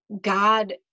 God